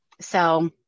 So-